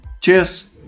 Cheers